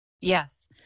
Yes